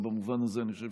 במובן הזה אני חושב